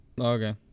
okay